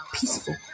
peaceful